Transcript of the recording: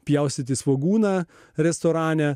pjaustyti svogūną restorane